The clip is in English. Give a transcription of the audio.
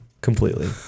completely